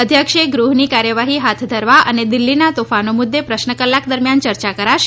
અધ્યક્ષે ગૃહની કાર્યવાહી હાથ ધરવા અને દિલ્ફીના તોફાનો મુદ્દે પ્રશ્ન કલાક દરમ્યાન ચર્ચા કરાશે